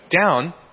down